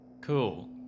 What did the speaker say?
Cool